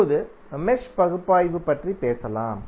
இப்போது மெஷ் பகுப்பாய்வு பற்றி பேசலாம்